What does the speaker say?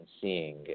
seeing